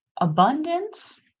abundance